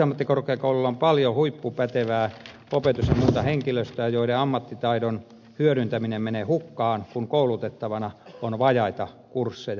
poliisiammattikorkeakoululla on paljon huippupätevää opetus ja muuta henkilöstöä jonka ammattitaidon hyödyntäminen menee hukkaan kun koulutettavana on vajaita kursseja